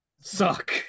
suck